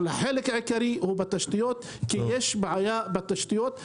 אבל החלק העיקרי הוא בתשתיות כי יש בעיה בתשתיות.